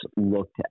looked